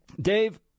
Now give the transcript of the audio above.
Dave